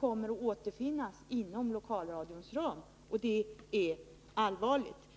kommer att återfinnas inom lokalradions ram, och det är allvarligt.